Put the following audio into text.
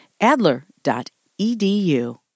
Adler.edu